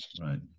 right